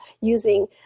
using